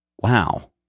Wow